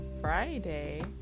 Friday